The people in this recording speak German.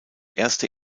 erste